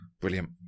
brilliant